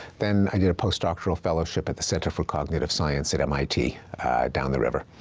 then i got a postdoctorate fellowship at the center for cognitive science at mit down the river.